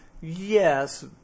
Yes